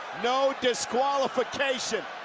no disqualification,